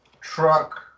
truck